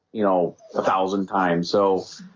you know a thousand times so